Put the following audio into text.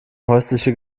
häusliche